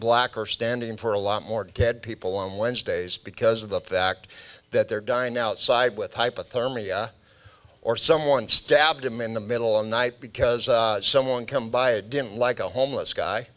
black are standing in for a lot more dead people on wednesdays because of the fact that they're dying outside with hypothermia or someone stabbed him in the middle of night because someone come by a didn't like a homeless guy